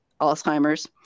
Alzheimer's